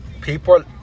people